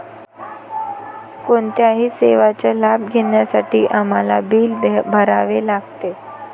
कोणत्याही सेवेचा लाभ घेण्यासाठी आम्हाला बिल भरावे लागते